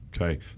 Okay